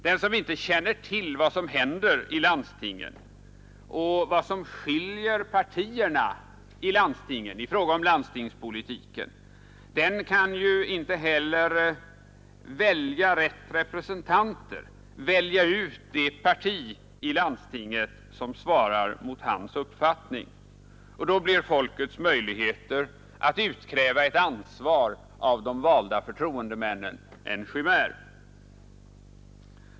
Den som inte känner till vad som händer i landstinget och vad som skiljer partierna i fråga om landstingspolitiken kan ju inte heller välja rätt representanter, välja ut det parti i landstinget som svarar mot hans uppfattning. Då blir folkets möjligheter att utkräva ett ansvar av de valda förtroendemännen en chimär.